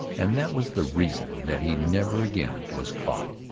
and that was the reason that he never again was caught.